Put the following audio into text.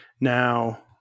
Now